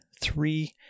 three